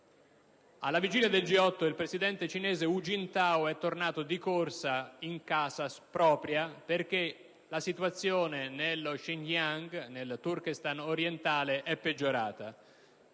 Alla vigilia del G8 il presidente cinese Hu Jintao è tornato di corsa a casa propria perché la situazione nello Xinjiang, nel Turkestan orientale, è peggiorata.